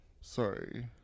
sorry